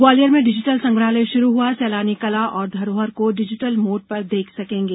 ग्वालियर में डिजीटल संग्रहालय शुरू हुआ सैलानी कला और धरोहर को डिजीटल मोड पर देख सकेंगे